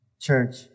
Church